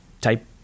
type